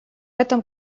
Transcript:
этом